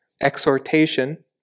exhortation